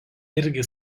irgi